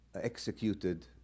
executed